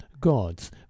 gods